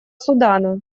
судана